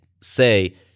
say